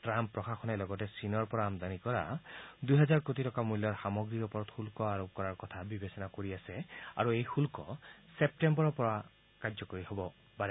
tram প্ৰশাসনে লগতে চীনৰ পৰা আমদানিকৃত দুহেজাৰ কোটি টকা মূল্যৰ সামগ্ৰীৰ ওপৰত শুল্ক আৰোপ কৰিবলৈ বিবেচনা কৰি আছে আৰু এই শুল্ক ছেপ্তম্বৰ মাহৰ পৰা কাৰ্যকৰী হব পাৰে